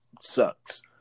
sucks